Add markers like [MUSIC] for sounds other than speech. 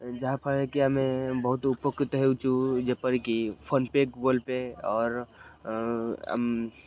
ଯାହାଫଳରେ କି ଆମେ ବହୁତ ଉପକୃତ ହେଉଚୁ ଯେପରିକି ଫୋନ୍ପେ ଗୁଗଲ୍ ପେ ଅର୍ [UNINTELLIGIBLE]